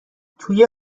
توی